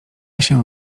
się